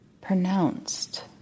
pronounced